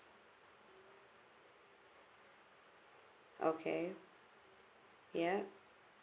okay yeah